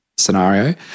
scenario